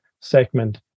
segment